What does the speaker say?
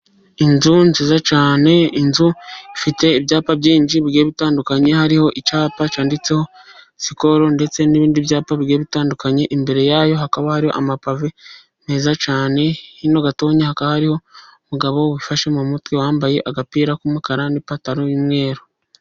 Inzu nziza cyane, inzu ifite ibyapa byinshi bitandukanye hariho icyapa cyanditseho sikoro, ndetse n'ibindi byapa bi bitandukanye. Imbere yayo hakaba hari amapave meza cyane, hirya gato hakaba hariho umugabo wifashe mu mutwe wambaye agapira k'umukara n'ipantaro y'umweru.